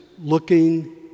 looking